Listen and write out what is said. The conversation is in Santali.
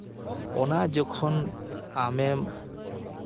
ᱚᱱᱟ ᱡᱚᱠᱷᱚᱱ ᱟᱢᱮᱢ